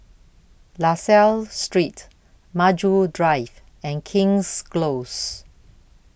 La Salle Street Maju Drive and King's Close